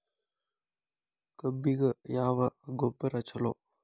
ಕಬ್ಬಿಗ ಯಾವ ಗೊಬ್ಬರ ಛಲೋ?